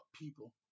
people